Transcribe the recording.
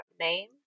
name